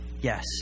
Yes